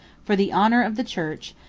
for the honor of the church,